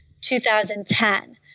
2010